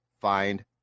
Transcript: find